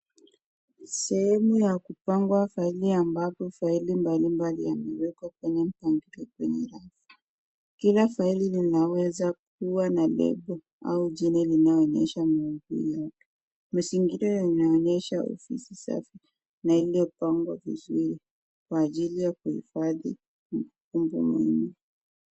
Sehemu ya kupangwa faili ampapo faili mbalimbali yamewekwa kwenye mbangilio, kila faili linaweza kuwa na label au jina linalo onyesha, mazingira yanaonyesha ofisi safi na imepangwa vizuri kwa ajili ya kuifadhi vitu muhimu.